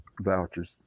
vouchers